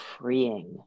freeing